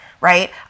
Right